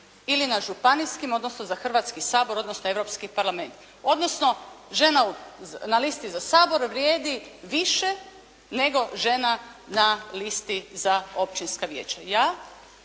ili na županijskim odnosno za Hrvatski sabor, odnosno Europski parlament. Odnosno, žena na listi za Sabor vrijedi više nego žena na listi za općinska vijeća.